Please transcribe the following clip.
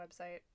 website